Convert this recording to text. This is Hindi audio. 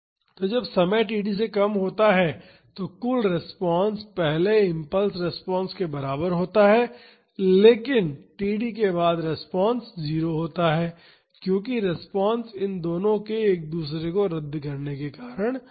तो जब समय td से कम होता है तो कुल रिस्पांस पहले इम्पल्स रिस्पांस के बराबर होता है लेकिन td के बाद रिस्पांस 0 होता है क्योंकि रिस्पांस इन दोनों के एक दूसरे को रद्द करने के कारण होती है